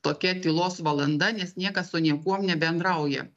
tokia tylos valanda nes niekas su niekuo nebendrauja